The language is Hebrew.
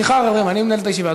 סליחה, חברים, אני מנהל את הישיבה.